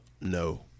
No